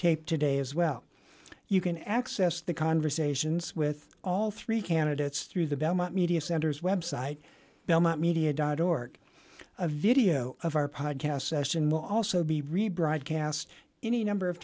taped today as well you can access the conversations with all three candidates through the belmont media centers website belmont media dot org a video of our podcast session will also be rebroadcast any number of